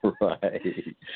Right